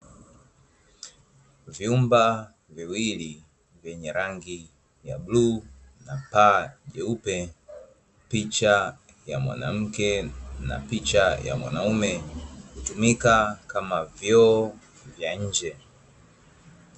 Vyumba viwili vyenye rangi ya bluu na paa jeupe, picha ya mwanamke na picha ya mwanaume hutumika kama vyoo vya nje.